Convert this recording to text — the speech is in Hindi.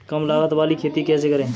कम लागत वाली खेती कैसे करें?